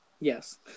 Yes